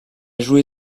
joué